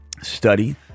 study